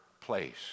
place